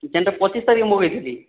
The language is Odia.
ଯେନ୍ ଟା ପଚିଶ ତାରିଖରେ ମଗାଇଥିଲି